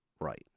right